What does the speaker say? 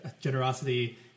generosity